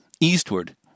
eastward